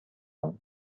ans